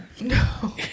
No